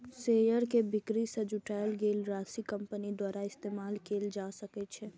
share के बिक्री सं जुटायल गेल राशि कंपनी द्वारा इस्तेमाल कैल जा सकै छै